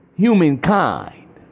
humankind